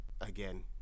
again